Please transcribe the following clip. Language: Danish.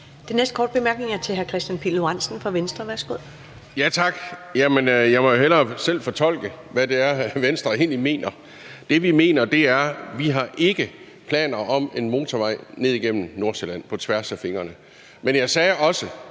Den næste korte bemærkning er fra hr. Kristian Pihl Lorentzen, Venstre. Værsgo. Kl. 14:06 Kristian Pihl Lorentzen (V): Tak. Jeg må jo hellere selv fortolke, hvad det er, Venstre egentlig mener. Det, vi mener, er: Vi har ikke planer om en motorvej ned igennem Nordsjælland på tværs af fingrene. Men jeg sagde også: